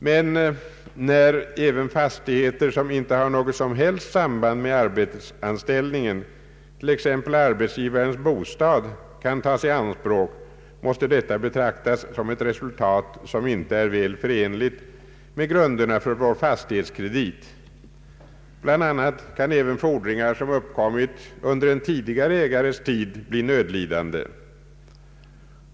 Men när även fastigheter som inte har något som helst samband med arbetsanställningen kan tas i anspråk, t.ex. arbetsgivarens bostad, måste detta betraktas som ett resultat som inte är väl förenligt med grunderna för vår fastighetskredit. Bland annat kan även fordringar som uppkommit under en tidigare ägares tid bli nödlidande.